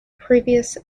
previous